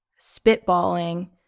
spitballing